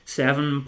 seven